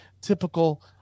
typical